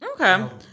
Okay